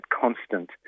constant